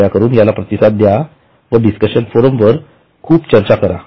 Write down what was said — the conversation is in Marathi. कृपया करून याला प्रतिसाद द्या व डिस्कशन फोरम वर खूप चर्चा करा